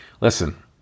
Listen